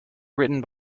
written